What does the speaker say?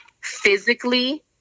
physically